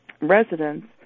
residents